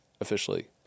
officially